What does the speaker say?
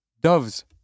Doves